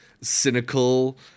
cynical